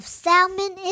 salmon